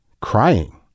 crying